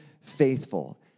faithful